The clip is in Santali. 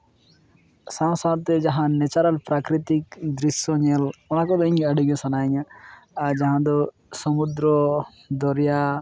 ᱥᱟᱶᱼᱥᱟᱶᱛᱮ ᱡᱟᱦᱟᱸ ᱱᱮᱪᱟᱨᱮᱞ ᱯᱨᱟᱠᱨᱤᱛᱤᱠ ᱫᱨᱤᱥᱥᱚ ᱧᱮᱞ ᱚᱱᱟ ᱜᱮ ᱤᱧ ᱟᱹᱰᱤ ᱤᱭᱟᱹ ᱥᱟᱱᱟᱭᱤᱧᱟᱹ ᱟᱨ ᱡᱟᱦᱟᱸ ᱫᱚ ᱥᱚᱢᱩᱫᱽᱫᱨᱚ ᱫᱚᱨᱭᱟ